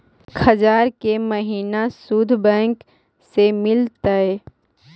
एक हजार के महिना शुद्ध बैंक से मिल तय?